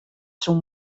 soe